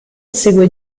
segue